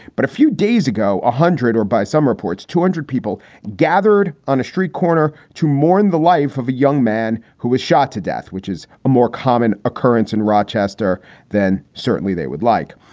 but a few days ago, a hundred or by some reports, two hundred people gathered on a street corner to mourn the life of a young man who was shot to death, which is a more common occurrence in rochester than certainly they would like.